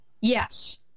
Yes